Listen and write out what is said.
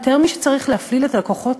יותר מאשר צריך להפליל את הלקוחות,